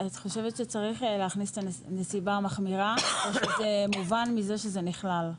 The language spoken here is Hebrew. את חושבת שצריך להכניס את הנסיבה המחמירה או שזה מובן מזה שזה נכלל?